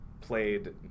played